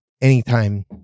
anytime